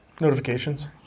Notifications